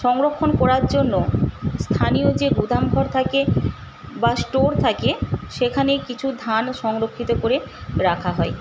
সংরক্ষণ করার জন্য স্থানীয় যে গুদামঘর থাকে বা স্টোর থাকে সেখানে কিছু ধান সংরক্ষিত করে রাখা হয়